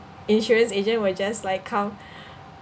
insurance agent will just like come